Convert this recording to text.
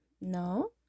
no